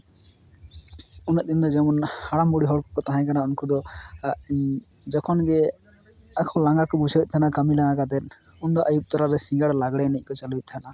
ᱩᱱᱟᱹᱜ ᱫᱤᱱ ᱫᱚ ᱡᱮᱢᱚᱱ ᱦᱟᱲᱟᱢ ᱵᱩᱲᱦᱤ ᱦᱚᱲ ᱠᱚᱠᱚ ᱛᱟᱦᱮᱠᱟᱱᱟ ᱩᱱᱠᱩ ᱫᱚ ᱡᱚᱠᱷᱚᱱ ᱜᱮ ᱟᱠᱚ ᱞᱟᱸᱜᱟ ᱠᱚ ᱵᱩᱡᱷᱟᱹᱣᱮᱫ ᱛᱟᱦᱮᱱᱟ ᱠᱟᱹᱢᱤ ᱞᱟᱸᱜᱟ ᱛᱮ ᱩᱱ ᱫᱚ ᱟᱹᱭᱩᱵ ᱛᱚᱨᱟ ᱵᱮᱥ ᱫᱚ ᱥᱤᱸᱜᱟᱹᱲ ᱞᱟᱜᱽᱬᱮ ᱮᱱᱮᱡ ᱠᱚ ᱪᱟᱹᱞᱩᱭᱮᱫ ᱛᱟᱦᱮᱱᱟ